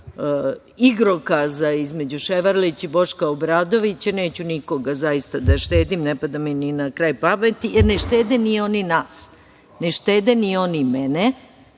igrokaza između Ševarlića i Boška Obradovića. Neću nikoga zaista da štedim, ne pada mi na kraj pameti, jer ne štede ni oni nas, ne štede ni oni mene,